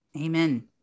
Amen